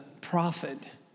prophet